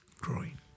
growing